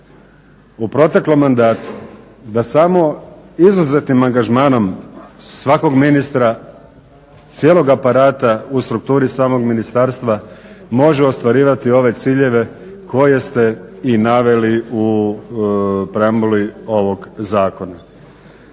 u proteklom mandatu da samo izuzetnim angažmanom svakog ministra cijelog aparata u strukturi samog ministarstva može ostvarivati ove ciljeve koje ste i naveli u preambuli ovog zakona.